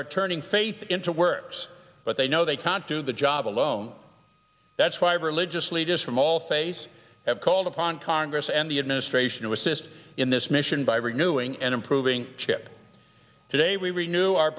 are turning faith into works but they know they can't do the job alone that's five religious leaders from all face have called upon congress and the administration to assist in this mission by renewing and improving chip today we renew our